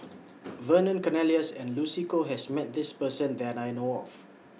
Vernon Cornelius and Lucy Koh has Met This Person that I know of